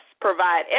Provide